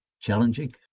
challenging